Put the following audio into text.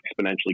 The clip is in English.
exponentially